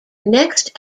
next